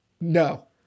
no